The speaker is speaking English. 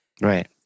Right